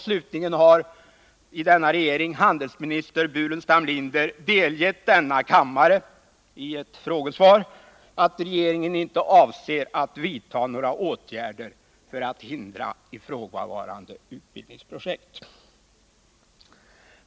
Slutligen har i denna regering handelsminister Staffan Burenstam Linder i ett frågesvar delgett denna kammare att regeringen inte avser att vidta några åtgärder för att hindra ifrågavarande utbildningsprojekt.